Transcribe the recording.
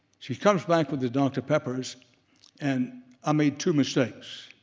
she comes back with the dr. peppers and i made two mistakes.